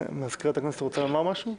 מזכירת הכנסת רוצה לומר משהו?